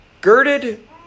girded